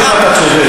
גם אם אתה צודק,